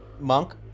Monk